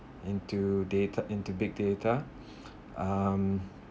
into data into big data um